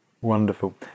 Wonderful